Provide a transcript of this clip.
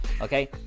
Okay